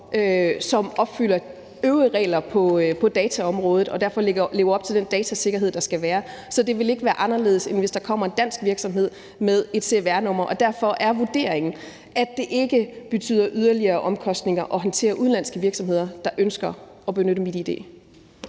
som opfylder øvrige regler på dataområdet og derfor lever op til den datasikkerhed, der skal være. Så det vil ikke være anderledes, end hvis der kommer en dansk virksomhed med et cvr-nummer. Derfor er vurderingen, at det ikke betyder yderligere omkostninger at håndtere udenlandske virksomheder, der ønsker at benytte MitID.